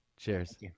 cheers